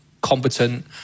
competent